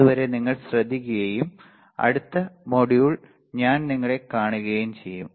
അതുവരെ നിങ്ങൾ ശ്രദ്ധിക്കുകയും അടുത്ത മൊഡ്യൂൾ ഞാൻ നിങ്ങളെ കാണുകയും ചെയ്യും